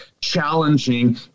challenging